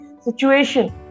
situation